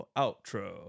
outro